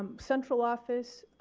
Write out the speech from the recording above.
um central office,